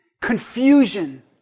confusion